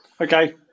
Okay